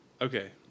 Okay